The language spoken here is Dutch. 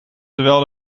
terwijl